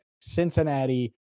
Cincinnati